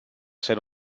ser